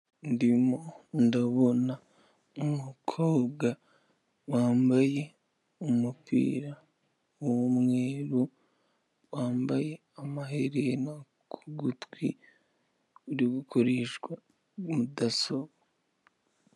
Ndimo ndabonakobwa wambaye umupira w'umweruru, wambaye amaherena ku gutwi uri gukoresha mudasobwa.